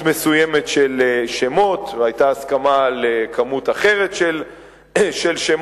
מסוימת של שמות והיתה הסכמה על כמות אחרת של שמות,